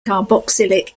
carboxylic